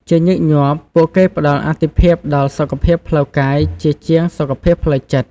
ជាញឹកញាប់ ពួកគេផ្តល់អាទិភាពដល់សុខភាពផ្លូវកាយជាជាងសុខភាពផ្លូវចិត្ត។